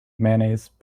mayonnaise